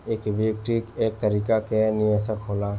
equity एक तरीका के निवेश होला